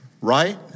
Right